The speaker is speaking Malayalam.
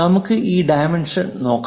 നമുക്ക് ഈ ഡൈമെൻഷൻ നോക്കാം